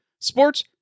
Sports